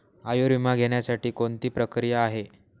आयुर्विमा घेण्यासाठी कोणती प्रक्रिया आहे?